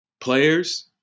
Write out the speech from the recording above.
Players